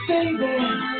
Baby